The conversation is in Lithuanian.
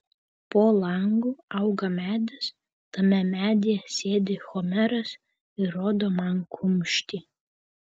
po langu auga medis tame medyje sėdi homeras ir rodo man kumštį